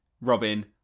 Robin